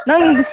ꯅꯪ